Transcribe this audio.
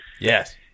Yes